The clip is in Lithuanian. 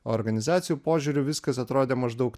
organizacijų požiūriu viskas atrodė maždaug